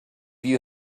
you